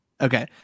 Okay